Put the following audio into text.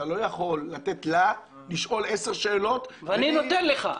אתה לא יכול לתת לה לשאול עשר שאלות --- אני נותן לך,